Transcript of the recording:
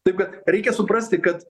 tai kad reikia suprasti kad